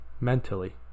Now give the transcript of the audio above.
mentally